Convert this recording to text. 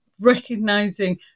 recognizing